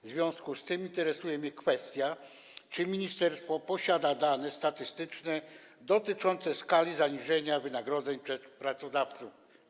W związku z tym interesuje mnie kwestia, czy ministerstwo posiada dane statystyczne dotyczące skali zaniżania wynagrodzeń przez pracodawców.